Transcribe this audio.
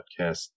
podcast